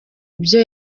ibyo